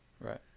right